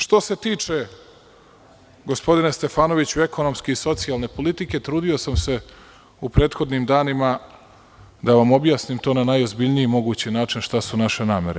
Što se tiče, gospodine Stefanoviću ekonomske i socijalne politike, trudio sam se u prethodnim danima da vam objasnim to na najozbiljniji mogući način, šta su naše namere.